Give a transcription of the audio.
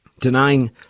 denying